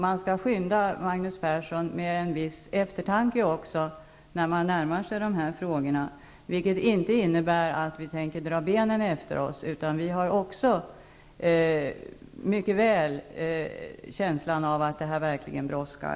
Man skall, Magnus Persson, skynda med en viss eftertanke när man närmar sig dessa frågor. Det innebär inte att vi tänker dra benen efter oss. Jag inser naturligtvis att det brådskar.